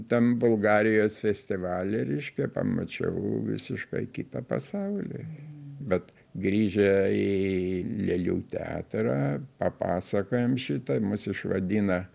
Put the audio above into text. tam bulgarijos festivaly reiškia pamačiau visiškai kitą pasaulį bet grįžę į lėlių teatrą papasakojom šitą mus išvadina